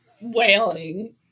wailing